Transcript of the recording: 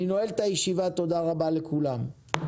תודה רבה לכולם על הדיון הארוך.